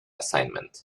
assignment